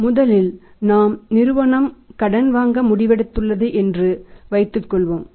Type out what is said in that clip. முதலில் நாம் நிறுவனம் கடன் வழங்க முடிவெடுத்துள்ளது என்று வைத்துக் கொள்வோம்